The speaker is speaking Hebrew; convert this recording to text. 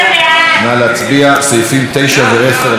סעיפים 9 10, כהצעת הוועדה,